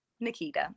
Nikita